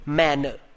manner